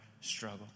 struggle